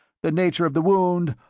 the nature of the wound,